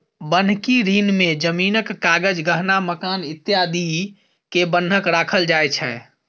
बन्हकी ऋण में जमीनक कागज, गहना, मकान इत्यादि के बन्हक राखल जाय छै